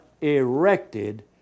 erected